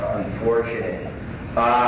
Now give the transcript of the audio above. unfortunate